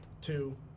two